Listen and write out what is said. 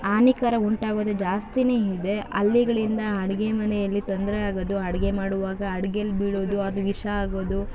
ಹಾನಿಕರ ಉಂಟಾಗೋದು ಜಾಸ್ತಿಯೇ ಇದೆ ಹಲ್ಲಿಗಳಿಂದ ಅಡುಗೆ ಮನೆಯಲ್ಲಿ ತೊಂದರೆ ಆಗೋದು ಅಡುಗೆ ಮಾಡುವಾಗ ಅಡ್ಗೆಲಿ ಬೀಳೋದು ಅದು ವಿಷ ಆಗೋದು